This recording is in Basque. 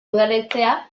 udaletxea